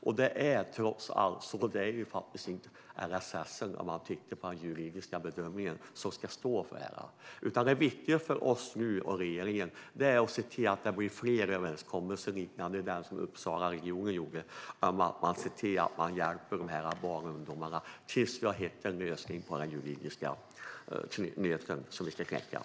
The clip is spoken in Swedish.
Om man tittar på den juridiska bedömningen är det trots allt inte LSS som ska stå för detta. Det viktiga för oss och regeringen är nu att se till att det blir fler överenskommelser liknande den som Region Uppsala har, så att man hjälper dessa barn och ungdomar tills vi har hittat en lösning och kan knäcka den juridiska nöten.